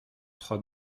trois